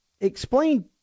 explain